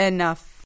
Enough